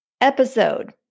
episode